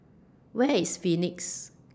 Where IS Phoenix